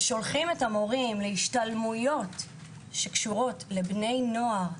שולחים את המורים להשתלמויות שקשורות לבני נוער,